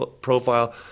profile